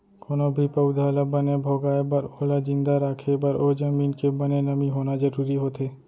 कोनो भी पउधा ल बने भोगाय बर ओला जिंदा राखे बर ओ जमीन के बने नमी होना जरूरी होथे